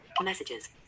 Messages